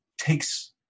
takes